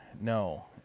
no